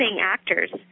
actors